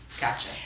Gotcha